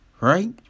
Right